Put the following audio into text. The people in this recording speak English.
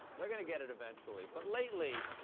they're going to get it eventually. but lately,